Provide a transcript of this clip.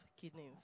kidney